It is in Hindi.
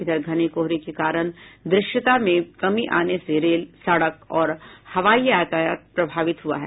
इधर घने कोहरे के कारण दृश्यता में कमी आने से रेल सड़क और हवाई यातायात प्रभावित हुआ है